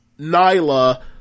Nyla